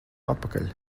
atpakaļ